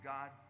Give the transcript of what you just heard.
God